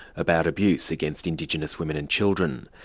about abuse against indigenous women and children.